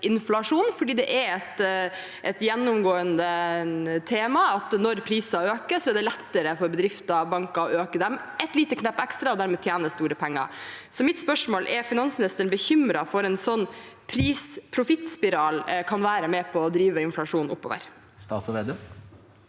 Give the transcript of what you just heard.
fordi det er et gjennomgående tema at når prisene øker, er det lettere for bedrifter og banker å øke dem et lite knepp ekstra og dermed tjene store penger. Mitt spørsmål er: Er finansministeren bekymret for at en slik prisprofittspiral kan være med på å drive inflasjonen oppover?